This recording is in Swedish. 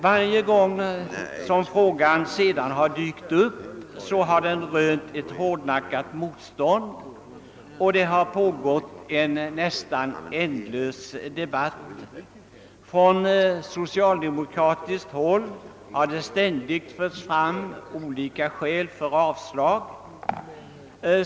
Varje gång detta krav sedan dykt upp, har det rönt ett hårdnackat motstånd, och det har pågått en nästan ändlös debatt. Från socialdemokratiskt håll har det ständigt förts fram olika skäl för avslag.